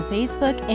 Facebook